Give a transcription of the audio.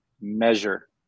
measure